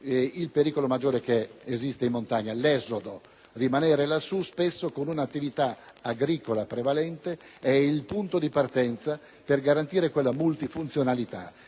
il pericolo maggiore che esiste in montagna, ossia l'esodo. Rimanere lassù, spesso con un'attività agricola prevalente, è il punto di partenza per garantire quella multifunzionalità